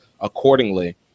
accordingly